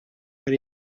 but